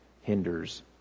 hinders